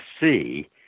see